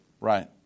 Right